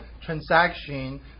transaction